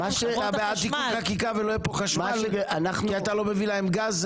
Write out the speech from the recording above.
אתה בעד תיקון חקיקה ולא יהיה פה חשמל כי אתה לא מביא להם גז?